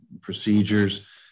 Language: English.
procedures